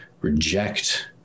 reject